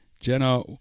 Jenna